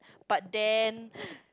but then